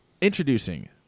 Introducing